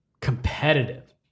competitive